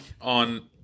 on